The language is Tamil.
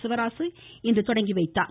சிவராசு இன்று தொடங்கி வைத்தார்